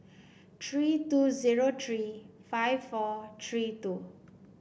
three two zero three five four three two